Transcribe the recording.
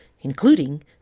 including